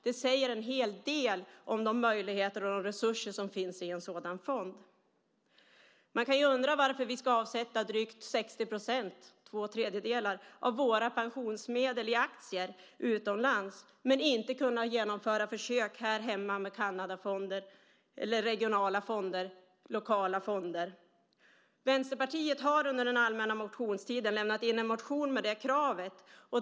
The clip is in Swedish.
Det säger en hel del om de möjligheter och resurser som finns i en sådan fond. Man kan undra varför vi ska avsätta drygt 60 %, två tredjedelar, av våra pensionsmedel i aktier utomlands men inte kunna genomföra försök här hemma med Kanadafonder eller regionala eller lokala fonder. Vänsterpartiet har under den allmänna motionstiden lämnat in en motion med det kravet.